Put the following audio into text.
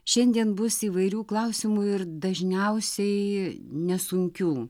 šiandien bus įvairių klausimų ir dažniausiai nesunkių